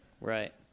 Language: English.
Right